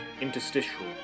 interstitial